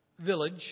village